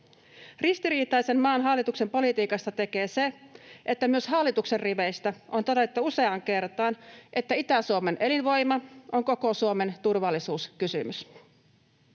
Ristiriitaista maan hallituksen politiikasta tekee se, että myös hallituksen riveistä on todettu useaan kertaan, että Itä-Suomen elinvoima on koko Suomen turvallisuuskysymys.